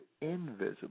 invisible